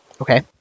Okay